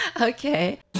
okay